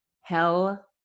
Hell